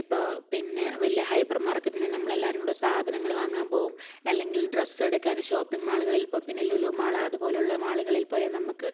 ഇപ്പോൾ പിന്നെ വലിയ ഹൈപ്പർമാർകെറ്റ്ന്ന് നമ്മളെല്ലവരും കൂടെ സാധനങ്ങൾ വാങ്ങാൻ പോവും അല്ലെങ്കിൽ ഡ്രസ്സ് എടുക്കാൻ ഷോപ്പിംഗ് മാളുകളിൽ പോം പിന്നെ ലുലു മാള് അതുപോലുള്ള മാളുകളിൽപ്പോയാൽ നമുക്ക്